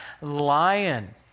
lion